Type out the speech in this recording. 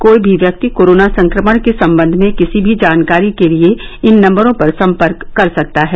कोई भी व्यक्ति कोरोना संक्रमण के संबंध में किसी भी जानकारी के लिए इन नम्बरों पर सम्पर्क कर सकता है